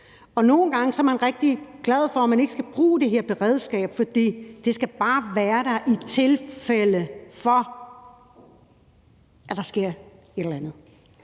nogle gange er man rigtig glad for, at man ikke skal bruge det her beredskab, fordi det bare skal være der, i tilfælde af at der sker et eller andet.